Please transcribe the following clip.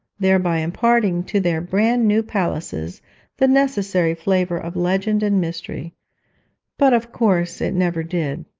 thereby imparting to their brand-new palaces the necessary flavour of legend and mystery but of course it never did.